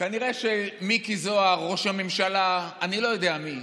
כנראה שמיקי זוהר, ראש הממשלה, אני לא יודע מי,